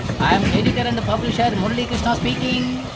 i am editor and publisher muralikrishna speaking.